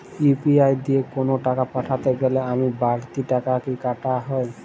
UPI দিয়ে কোন টাকা পাঠাতে গেলে কোন বারতি টাকা কি কাটা হয়?